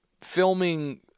filming